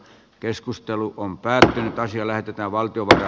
keskustelu kun pääsee taas ylläpitää valtion tai